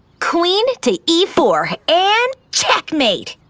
queen to e four, and checkmate.